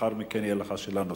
ולאחר מכן תהיה לך שאלה נוספת.